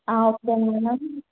okay madam